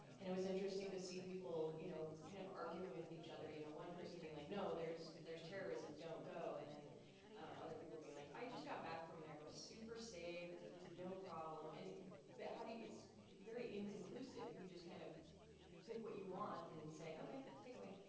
and it was interesting to see people you know kind of arguing with each other, you know. one person being like, no, there's there's terrorism, don't go, and then other people being like, i just got back from there, it was super safe, there was no problem. and but how do you, it's very inconclusive. you just kind of pick what you want and say, okay, takeaway,